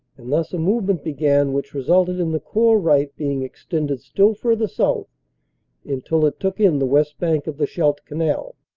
and thus a movement began which resulted in the corps right being extended still further south until it took in the west bank of the scheid t canal.